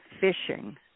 fishing